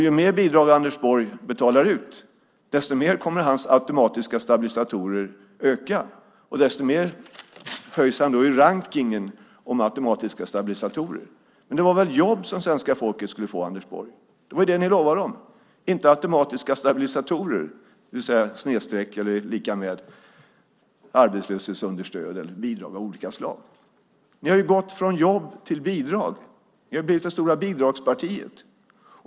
Ju mer bidrag Anders Borg betalar ut, desto mer kommer hans automatiska stabilisatorer att öka och desto mer höjs han i rankningen när det gäller automatiska stabilisatorer. Det var väl jobb som svenska folket skulle få, Anders Borg. Det var ju det ni lovade dem, inte automatiska stabilisatorer, det vill säga arbetslöshetsunderstöd eller bidrag av olika slag. Ni har ju gått från jobb till bidrag. Ni har blivit det stora bidragspartiet.